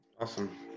Awesome